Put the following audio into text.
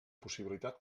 possibilitat